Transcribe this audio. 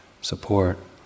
support